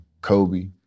Kobe